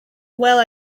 well